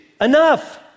enough